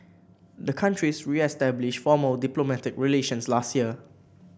the countries reestablished formal diplomatic relations last year